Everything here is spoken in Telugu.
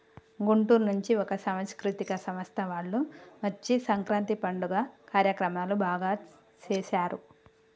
గుంటూరు నుంచి ఒక సాంస్కృతిక సంస్థ వాళ్ళు వచ్చి సంక్రాంతి పండుగ కార్యక్రమాలు బాగా సేశారు